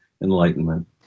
enlightenment